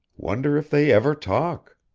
wonder if they ever talk!